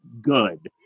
good